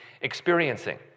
experiencing